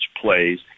plays